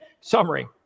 summary